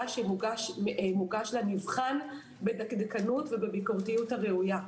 שמוגש לה נבחן בדקדקנות ובביקורות הראויה.